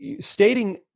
stating